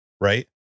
right